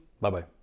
Bye-bye